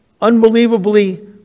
unbelievably